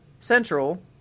Central